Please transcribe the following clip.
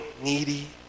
needy